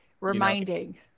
Reminding